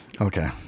Okay